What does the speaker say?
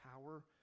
power